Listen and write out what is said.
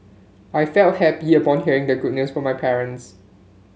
I felt happy upon hearing the good news from my parents